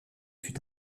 fut